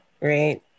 Right